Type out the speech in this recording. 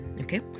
Okay